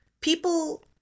people